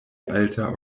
alta